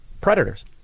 predators